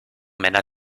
männer